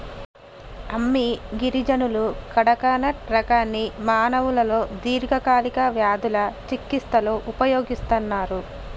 అమ్మి గిరిజనులు కడకనట్ రకాన్ని మానవులలో దీర్ఘకాలిక వ్యాధుల చికిస్తలో ఉపయోగిస్తన్నరు